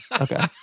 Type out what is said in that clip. Okay